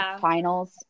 finals